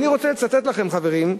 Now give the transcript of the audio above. אני רוצה לצטט לכם, חברים,